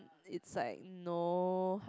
it's like no